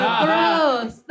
gross